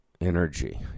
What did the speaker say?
energy